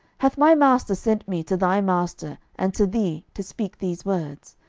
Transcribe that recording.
hath my master sent me to thy master, and to thee, to speak these words?